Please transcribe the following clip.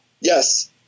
Yes